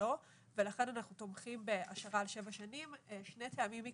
שלא ולכן אנחנו תומכים בהשארת שבע שנים משני טעמים עיקריים.